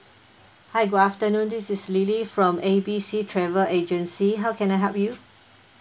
hi good afternoon this is lily from A B C travel agency how can I help you